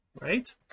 right